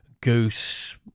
goose